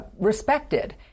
respected